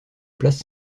place